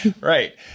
Right